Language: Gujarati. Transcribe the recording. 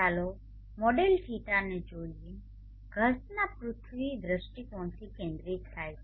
ચાલો મોડેલ δ ને જોઈએ ઘસના પૃથ્વી દૃષ્ટિકોણથી કેન્દ્રિત થાય છે